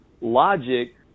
logic